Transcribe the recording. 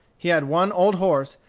he had one old horse,